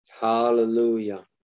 Hallelujah